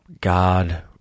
God